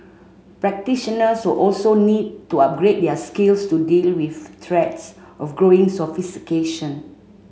practitioners will also need to upgrade their skills to deal with threats of growing sophistication